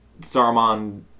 Saruman